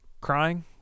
crying